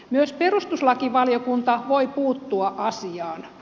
myös perustuslakivaliokunta voi puuttua asiaan